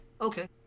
okay